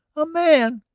a man!